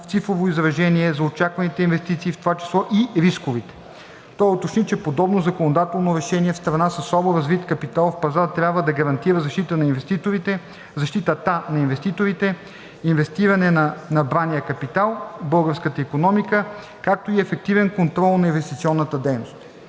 цифрово изражение за очакваните инвестиции, в това число и рисковите. Той уточни, че подобно законодателно решение в страна със слабо развит капиталов пазар трябва да гарантира защитата на инвеститорите, инвестиране на набрания капитал в българската икономика, както и ефективен контрол на инвестиционната дейност.